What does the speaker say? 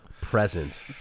present